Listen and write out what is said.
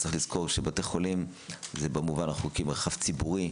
צריך לזכור שבתי חולים זה במובן החוקי מרחב ציבורי.